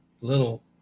little